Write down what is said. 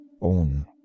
own